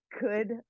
good